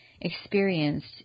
experienced